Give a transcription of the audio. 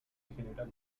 general